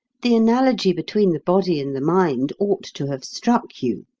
the analogy between the body and the mind ought to have struck you.